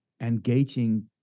engaging